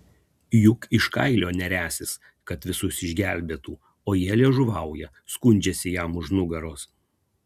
juk iš kailio neriąsis kad visus išgelbėtų o jie liežuvauja skundžiasi jam už nugaros